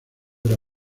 era